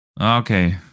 Okay